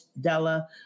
Della